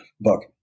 book